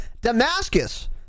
Damascus